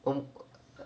um